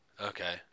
Okay